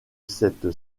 cette